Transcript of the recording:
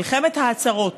מלחמת ההצהרות.